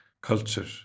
culture